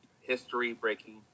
history-breaking